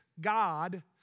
God